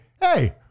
hey